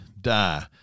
die